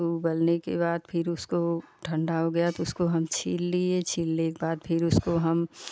तो उबलने के बाद फिर उसको ठंडा हो गया तो उसको हम छील लिए छीलने के बाद फिर उसको हम